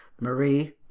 Marie